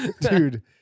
Dude